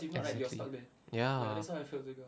yes exactly ya